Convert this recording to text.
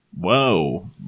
Whoa